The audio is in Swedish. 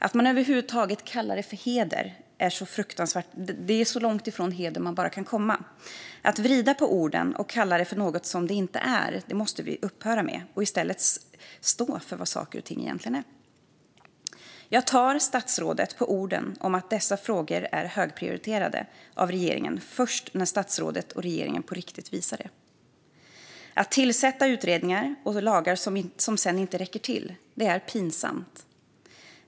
Att man över huvud taget kallar det för heder är fruktansvärt då det är så långt ifrån heder man bara kan komma. Att vrida på orden och kalla det för något som det inte är måste vi upphöra med och i stället stå för vad saker och ting egentligen är. Jag tar statsrådet på orden om att dessa frågor är högprioriterade av regeringen först när statsrådet och regeringen visar det på riktigt. Att tillsätta utredningar och stifta lagar som sedan inte räcker till är pinsamt.